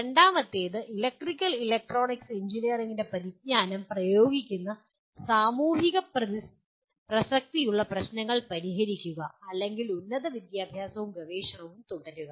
രണ്ടാമത്തേത് electrical electronics എഞ്ചിനീയറിംഗിന്റെ പരിജ്ഞാനം പ്രയോഗിക്കുന്ന സാമൂഹിക പ്രസക്തിയുള്ള പ്രശ്നങ്ങൾ പരിഹരിക്കുക അല്ലെങ്കിൽ ഉന്നത വിദ്യാഭ്യാസവും ഗവേഷണവും തുടരുക